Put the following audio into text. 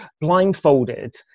blindfolded